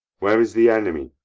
where is the enemy?